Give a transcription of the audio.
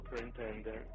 superintendent